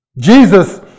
Jesus